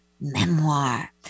Memoir